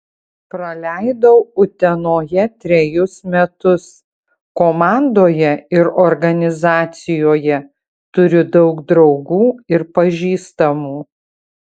praleidau utenoje trejus metus komandoje ir organizacijoje turiu daug draugų ir pažįstamų